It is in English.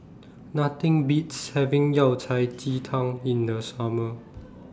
Nothing Beats having Yao Cai Ji Tang in The Summer